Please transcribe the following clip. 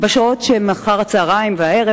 בשעות אחרי הצהריים והערב,